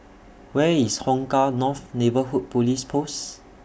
Where IS Hong Kah North Neighbourhood Police Post